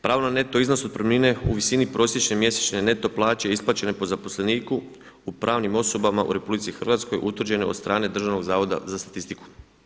Pravno neto iznos otpremnine u visini prosječne mjesečne neto plaće isplaćene po zaposleniku u pravni osobama u RH utvrđene od strane Državnog zavoda za statistiku.